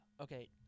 okay